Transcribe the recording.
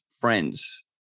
friends